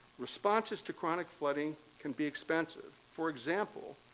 responses to chronic flooding can be expensive. for example,